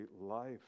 life